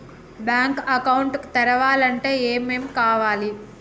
Bank account తెరవాలంటే ఏమేం కావాలి?